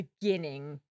beginning